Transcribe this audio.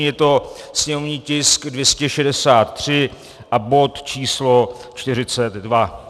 Je to sněmovní tisk 263 a bod číslo 42.